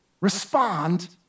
respond